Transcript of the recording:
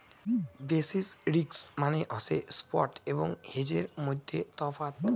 basis risk মানে হসে spot এবং হেজের মইধ্যে তফাৎ